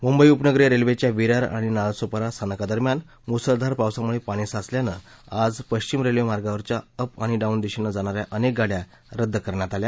मुंबई उपनगरीय रेल्वेच्या विरार आणि नालासोपारा स्थानकादरम्यान मुसळधार पावसामुळे पाणी साचल्यानं आज पश्चिम रेल्वे मार्गावरच्या अप आणि डाऊन दिशेनं जाणा या अनेक गाड्या रद्द करण्यात आल्या